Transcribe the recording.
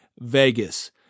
Vegas